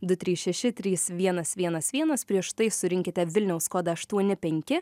du trys šeši trys vienas vienas vienas prieš tai surinkite vilniaus kodą aštuoni penki